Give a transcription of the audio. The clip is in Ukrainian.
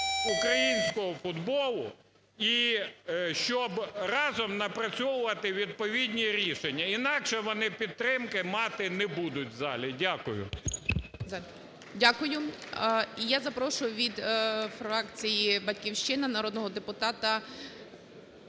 українського футболу, і щоб разом напрацьовувати відповідні рішення, інакше вони підтримки мати не будуть в залі. Дякую. ГОЛОВУЮЧИЙ. Дякую. Я запрошую від фракції "Батьківщина" народного депутата